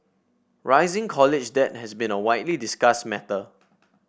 rising college debt has been a widely discussed matter